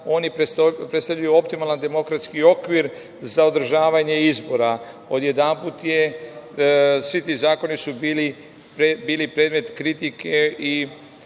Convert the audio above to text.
oni predstavljaju optimalan demokratski okvir za održavanje izbora. Odjedanput su svi ti zakoni bili predmet kritike i